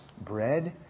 bread